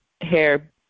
hair